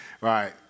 Right